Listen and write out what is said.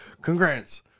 Congrats